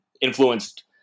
influenced